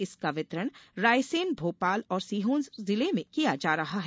इसका वितरण रायसेन भोपाल और सीहोर जिले में किया जा रहा है